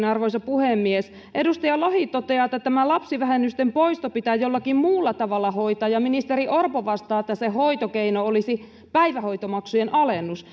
arvoisa puhemies edustaja lohi toteaa että tämä lapsivähennysten poisto pitää jollakin muulla tavalla hoitaa ja ministeri orpo vastaa että se hoitokeino olisi päivähoitomaksujen alennus